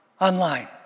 online